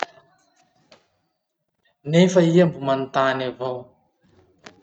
Nefa iha mbo manotany avao!